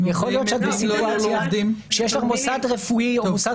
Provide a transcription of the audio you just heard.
יכול להיות שיש לך מוסד רפואי או מוסד